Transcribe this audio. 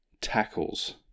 tackles